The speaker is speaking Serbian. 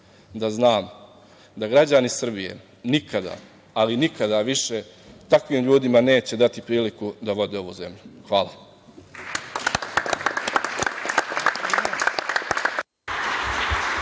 da znam da građani Srbije nikada, ali nikada više takvim ljudima neće dati priliku da vode ovu zemlju. Hvala.